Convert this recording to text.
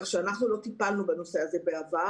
כך שאנחנו לא טיפלנו בנושא הזה בעבר.